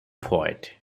poet